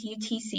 UTC